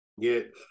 get